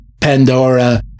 Pandora